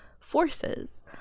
forces